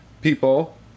people